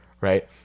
right